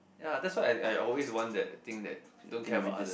ya that's why I I always want that thing that don't care about others